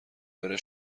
بره